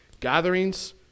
gatherings